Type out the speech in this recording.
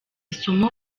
isomo